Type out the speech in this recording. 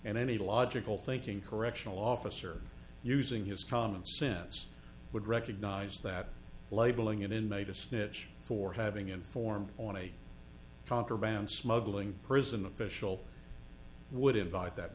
and any logical thinking correctional officer using his common sense would recognize that labeling an inmate a snitch for having inform on a contraband smuggling prison official would invite that